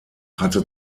hat